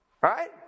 Right